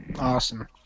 awesome